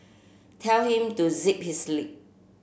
tell him to zip his lip